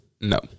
No